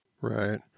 Right